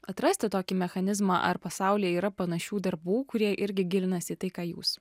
atrasti tokį mechanizmą ar pasaulyje yra panašių darbų kurie irgi gilinasi į tai ką jūs